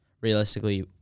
realistically